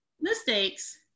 mistakes